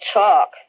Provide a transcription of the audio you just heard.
talk